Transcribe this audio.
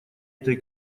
этой